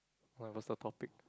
what was the topic